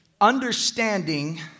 Understanding